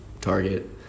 target